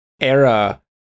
era